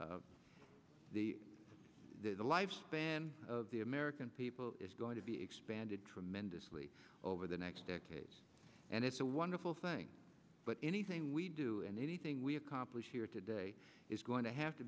there the the lifespan of the american people is going to be expanded tremendously over the next decade and it's a wonderful thing but anything we do and anything we accomplish here today is going to have to